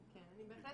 היא לא הכתובת.